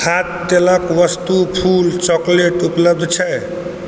खाद्य तेलके वस्तु फूल चॉकलेट उपलब्ध छै